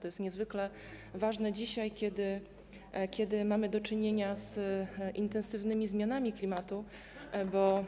To jest niezwykle ważne dzisiaj, kiedy mamy do czynienia z intensywnymi zmianami klimatu, bo